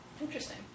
Interesting